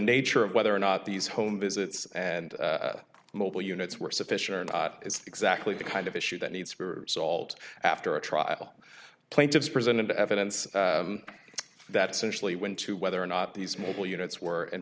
nature of whether or not these home visits and mobile units were sufficient or not is exactly the kind of issue that needs for salt after a trial plaintiffs presented evidence that centrally went to whether or not these mobile units were in